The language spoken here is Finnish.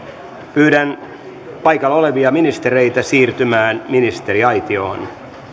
pyydän paikalla olevia ministereitä siirtymään ministeriaitioon